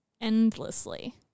endlessly